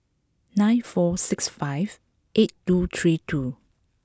nine four six five eight two three two